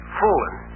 fooling